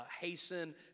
hasten